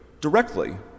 directly